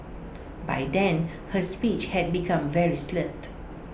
by then her speech had become very slurred